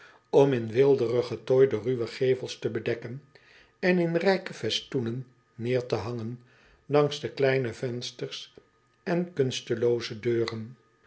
om in weelderigen tooi de ruwe gevels te bedekken en in rijke festoenen neêr te hangen langs de kleine vensters en de kunstelooze deuren